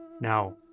Now